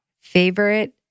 Favorite